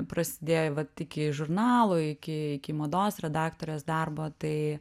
prasidėjo vat iki žurnalo iki iki mados redaktorės darbo tai